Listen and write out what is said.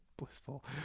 blissful